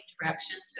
directions